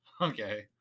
Okay